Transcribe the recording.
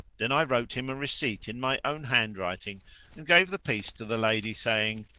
then i wrote him a receipt in my own handwriting and gave the piece to the lady, saying,